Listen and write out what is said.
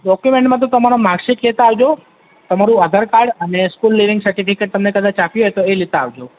ડોક્યુમેન્ટમાં તો તમારા માર્કશીટ લેતા આવજો તમારું આધાર કાર્ડ અને સ્કૂલ લીવીંગ સર્ટીફિકેટ તમને કદાચ આપી હોય તો એ લેતા આવજો